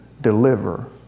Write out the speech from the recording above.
deliver